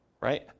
right